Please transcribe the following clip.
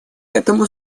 этому